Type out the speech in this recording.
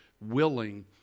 willing